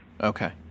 Okay